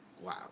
wow